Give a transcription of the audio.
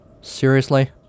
Seriously